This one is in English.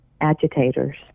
agitators